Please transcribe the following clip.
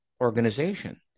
Organization